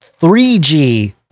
3G